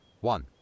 One